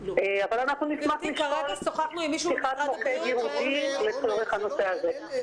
אבל נשמח לשקול פתיחת מוקד ייעודי לצורך הנושא הזה.